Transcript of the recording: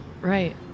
Right